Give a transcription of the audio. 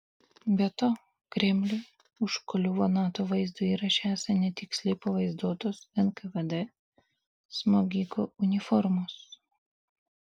be to kremliui užkliuvo nato vaizdo įraše esą netiksliai pavaizduotos nkvd smogikų uniformos